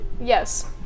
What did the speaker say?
Yes